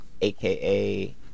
aka